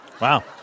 Wow